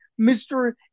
Mr